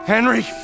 Henry